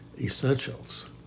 essentials